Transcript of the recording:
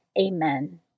Amen